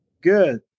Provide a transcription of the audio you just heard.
Good